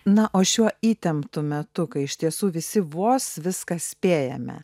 na o šiuo įtemptu metu kai iš tiesų visi vos viską spėjame